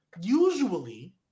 Usually